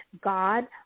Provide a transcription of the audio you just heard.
God